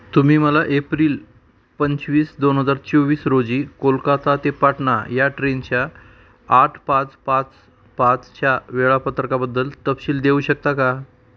तुम्ही मला एप्रिल पंचवीस दोन हजार चोवीस रोजी कोलकाता ते पाटणा या ट्रेनच्या आठ पाच पाच पाचच्या वेळापत्रकाबद्दल तपशील देऊ शकता का